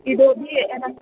इतोपि अनन्तरम्